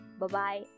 Bye-bye